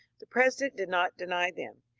the president did not deny them.